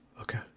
okay